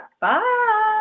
Bye